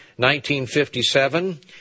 1957